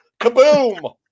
Kaboom